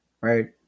right